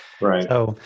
Right